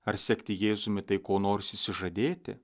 ar sekti jėzumi tai ko nors išsižadėti